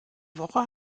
woche